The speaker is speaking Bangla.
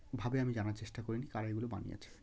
ভাবে আমি জানার চেষ্টা করিনি কারা এগুলো বানিয়েছে